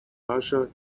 raja